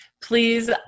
Please